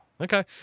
Okay